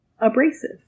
abrasive